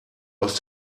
aus